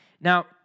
Now